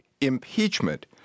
impeachment